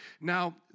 Now